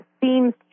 seems